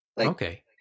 Okay